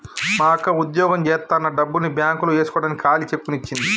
మా అక్క వుద్యోగం జేత్తన్న డబ్బుల్ని బ్యేంకులో యేస్కోడానికి ఖాళీ చెక్కుని ఇచ్చింది